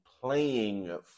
playing